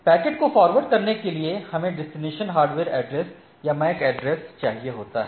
packet को forward करने के लिए हमें डेस्टिनेशन हार्डवेयर एड्रेस या मैक एड्रेस चाहिए होता है